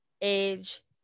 age